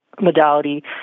modality